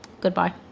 goodbye